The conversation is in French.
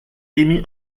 émis